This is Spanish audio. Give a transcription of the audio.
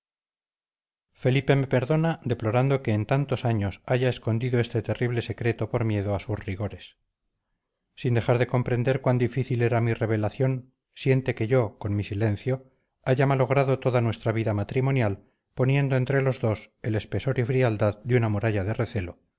felipe me perdona deplorando que en tantos años haya escondido este terrible secreto por miedo a sus rigores sin dejar de comprender cuán difícil era mi revelación siente que yo con mi silencio haya malogrado toda nuestra vida matrimonial poniendo entre los dos el espesor y frialdad de una muralla de recelo